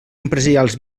empresarials